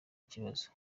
ikibazo